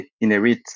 inherit